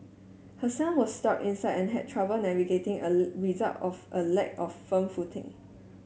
her son was stuck inside and had trouble navigating a result of a lack of firm footing